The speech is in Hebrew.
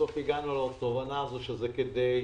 בסוף הגענו לתובנה שזה רק